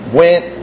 went